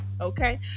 okay